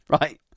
right